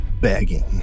begging